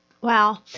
Wow